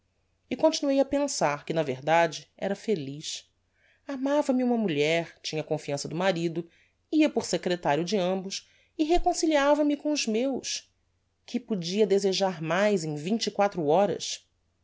e continuei a pensar que na verdade era feliz amava-me uma mulher tinha a confiança do marido ia por secretario de ambos e reconciliava me com os meus que podia desejar mais em vinte e quatro horas